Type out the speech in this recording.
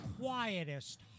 quietest